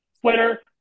Twitter